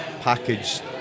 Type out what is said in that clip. packaged